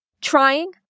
trying